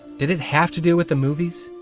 did it have to do with the movies?